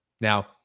Now